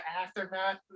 aftermath